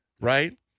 Right